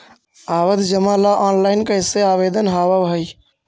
आवधि जमा ला ऑनलाइन कैसे आवेदन हावअ हई